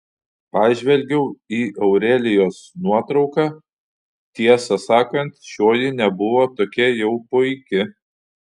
pažvelgiau į aurelijos nuotrauką tiesą sakant šioji nebuvo tokia jau puiki